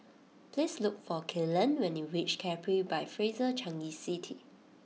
please look for Kellen when you reach Capri by Fraser Changi City